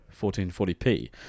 1440p